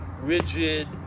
rigid